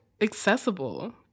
accessible